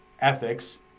ethics